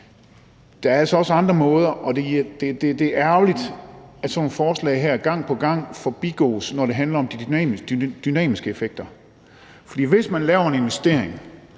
der er altså også andre måder. Det er ærgerligt, at sådan nogle forslag her gang på gang forbigås, når det handler om de dynamiske effekter, for hvis man laver en investering,